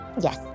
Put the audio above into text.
Yes